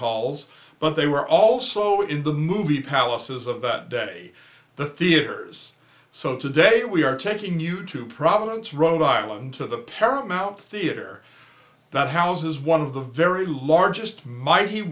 halls but they were also in the movie palaces of that day the theaters so today we are taking you to problems rhode island to the paramount theater that houses one of the very largest